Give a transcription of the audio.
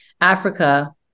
Africa